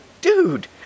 dude